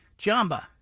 Jamba